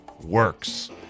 works